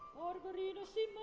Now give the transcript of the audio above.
barbarina,